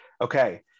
Okay